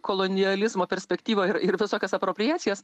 kolonializmo perspektyvą ir ir visokias apropriacijas